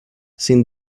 sin